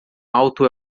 alto